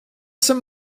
some